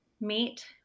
meet